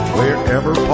Wherever